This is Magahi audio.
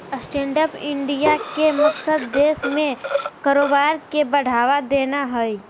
स्टैंडअप इंडिया के मकसद देश में कारोबार के बढ़ावा देना हइ